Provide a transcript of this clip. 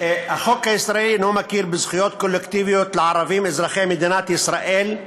החוק הישראלי אינו מכיר בזכויות קולקטיביות לערבים אזרחי מדינת ישראל,